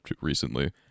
recently